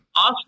Ask